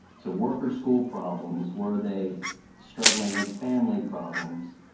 so work or school problems. were they struggling with family problems?